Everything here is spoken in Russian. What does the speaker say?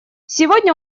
сегодня